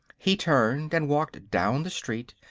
he turned and walked down the street,